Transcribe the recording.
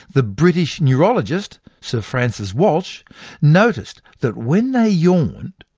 the british neurologist, sir francis walshe noticed that when they yawned,